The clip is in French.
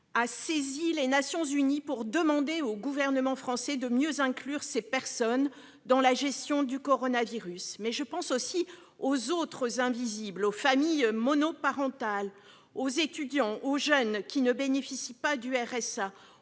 a saisi les Nations unies pour demander au gouvernement français de mieux inclure ces personnes dans la gestion du coronavirus. Je pense aussi à ces autres invisibles que sont les familles monoparentales, les étudiants et les jeunes, qui ne bénéficient pas du RSA